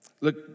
Look